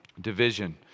Division